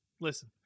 listen